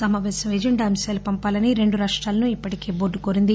సమాపేశ agenda అంశాలను పంపాలని రెండు రాష్టాలను ఇప్పటికే బోర్డు కోరింది